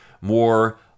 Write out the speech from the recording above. more